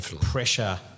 pressure